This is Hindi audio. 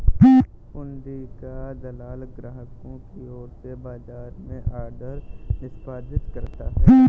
हुंडी का दलाल ग्राहकों की ओर से बाजार में ऑर्डर निष्पादित करता है